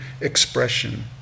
expression